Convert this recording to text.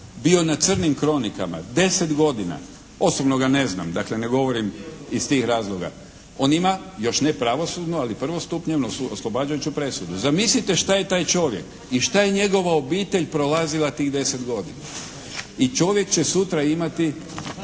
bio na crnim kronikama, 10 godina. Osobno ga ne znam dakle ne govorim iz tih razloga. On ima još ne pravosudnu, ali prvostupnjenu oslobađajuću presudu. Zamislite što je taj čovjek i šta je njegova obitelj prolazila tih 10 godina. I čovjek će sutra imati